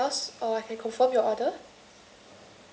uh is there anything else or I can confirm your order